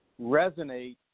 resonate